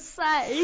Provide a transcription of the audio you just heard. say